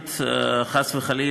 הסיבה